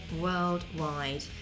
worldwide